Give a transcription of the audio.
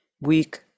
weak